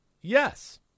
Yes